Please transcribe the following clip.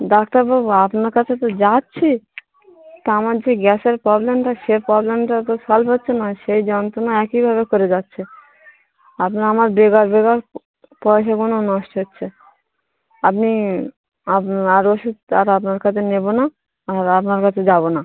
ডাক্তারবাবু আপনার কাছে তো যাচ্ছি তা আমার যে গ্যাসের প্রবলেমটা সে প্রবলেমটা তো সল্ভ হচ্ছে না সেই যন্ত্রনা একইভাবে করে যাচ্ছে এখন আমার বেগার বেগার পয়সাগুনো নষ্ট হচ্ছে আপনি আপ আর ওষুধ আর আপনার কাছে নেবো না আর আপনার কাছে যাবো না